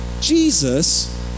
Jesus